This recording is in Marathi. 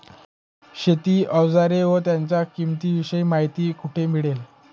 शेती औजारे व त्यांच्या किंमतीविषयी माहिती कोठे मिळेल?